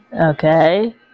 Okay